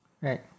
Right